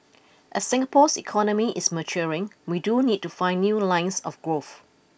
as Singapore's economy is maturing we do need to find new lines of growth